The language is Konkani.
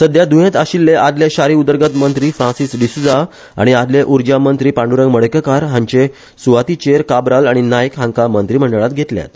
सध्या दुयेंत आशिल्ले आदले शारी उदरगत मंत्री फ्रान्सीस डिसुजा आनी आदले उर्जा मंत्री पांड्ररंग मडकयकार हांचे सुवातीचेर काब्राल आनी नायक हांका मंत्रीमंडळांत घेतल्यात